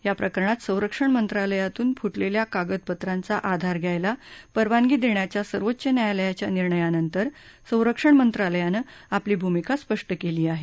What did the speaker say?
या प्रकरणात संरक्षण मंत्रालयातून फुटलेल्या कागदपत्रांचा आधार घ्यायला परवानगी देण्याच्या सर्वोच्च न्यायालयाच्या निर्णयानंतर संरक्षण मंत्रालयानं आपली भूमिका स्पष्ट केली आहे